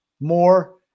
more